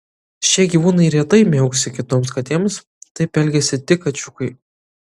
šie gyvūnai retai miauksi kitoms katėms taip elgiasi tik kačiukai